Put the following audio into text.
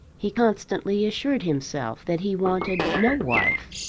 he constantly assured himself that he wanted no wife,